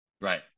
Right